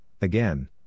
again